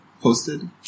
posted